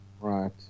right